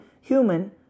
human